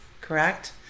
correct